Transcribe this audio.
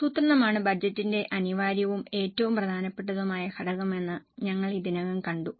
ആസൂത്രണമാണ് ബജറ്റിന്റെ അനിവാര്യവും ഏറ്റവും പ്രധാനപ്പെട്ടതുമായ ഘടകമെന്ന് ഞങ്ങൾ ഇതിനകം കണ്ടു